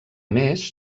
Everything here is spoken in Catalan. més